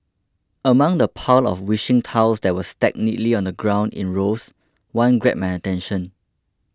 among the pile of wishing tiles that were stacked neatly on the ground in rows one grabbed my attention